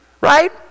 right